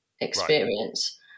experience